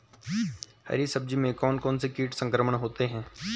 हरी सब्जी में कौन कौन से कीट संक्रमण करते हैं?